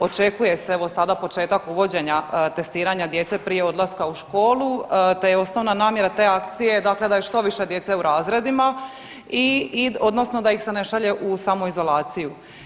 Očekuje se sada evo početak uvođenja testiranja djece prije odlaska u školu te je osnovna namjera te akcije dakle da što više djece u razredima i odnosno da ih se ne šalje u samoizolaciju.